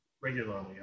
regularly